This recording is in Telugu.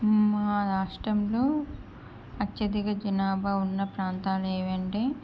మా రాష్ట్రంలో అత్యధిక జనాభా ఉన్న ప్రాంతాలు ఏవి అంటే